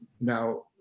Now